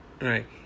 Right